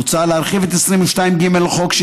מוצע להרחיב את סעיף 22ג לחוק,